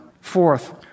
Fourth